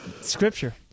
scripture